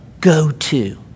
go-to